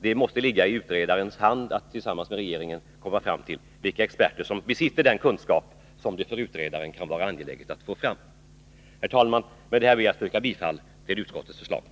Det måste ligga i utredarens hand att tillsammans med regeringen komma fram till vilka experter som besitter den kunskap som det för utredaren kan vara angeläget att få fram. Herr talman! Med detta yrkar jag bifall till utskottets hemställan.